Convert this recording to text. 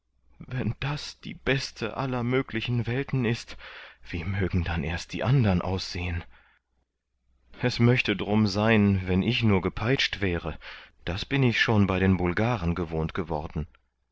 wenn das die beste aller möglichen welten ist wie mögen denn erst die andern aussehen es möchte drum sein wenn ich nur gepeitscht wäre das bin ich schon bei den bulgaren gewohnt geworden